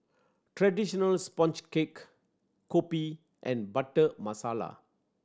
traditional sponge cake kopi and Butter Masala